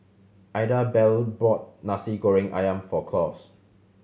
Idabelle bought Nasi Goreng Ayam for Claus